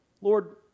Lord